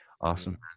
awesome